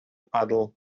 puddle